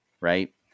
right